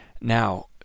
Now